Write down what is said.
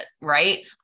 right